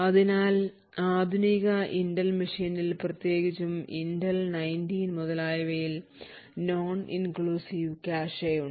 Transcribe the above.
അതിനാൽ ആധുനിക ഇന്റൽ മെഷീനിൽ പ്രത്യേകിച്ചും ഇന്റൽ I9 മുതലായവയിൽ non inclusive cache ഉണ്ട്